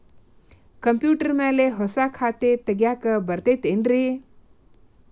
Computer ಮ್ಯಾಲೆ ಹೊಸಾ ಖಾತೆ ತಗ್ಯಾಕ್ ಬರತೈತಿ ಏನ್ರಿ?